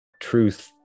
truth